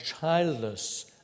childless